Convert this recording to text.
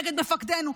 נגד מפקדינו,